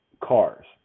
cars